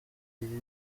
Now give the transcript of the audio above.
iri